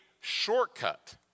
shortcut